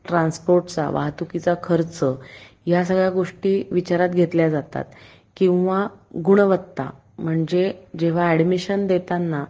ट्रान्सपोर्टचा वाहतुकीचा खर्च ह्या सगळ्या गोष्टी विचारात घेतल्या जातात किंवा गुणवत्ता म्हणजे जेव्हा ॲडमिशन देताना